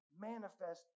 manifest